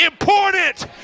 important